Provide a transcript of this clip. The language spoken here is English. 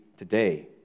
Today